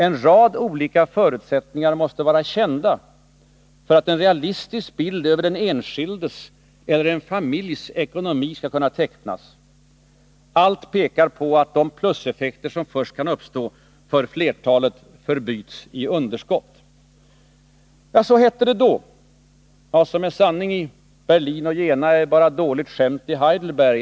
—-- En rad olika förutsättningar måste vara kända för att en realistisk bild över den enskildes eller en familjs ekonomi skall kunna tecknas.” Det hette också att allt pekar på ”att de pluseffekter som först kan uppstå för flertalet förbyts i underskott”. Ja, så hette det då. Vad som är sanning i Berlin och Jena är bara dåligt skämt i Heidelberg.